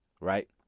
Right